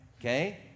okay